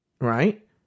Right